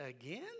again